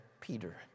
Peter